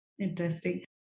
Interesting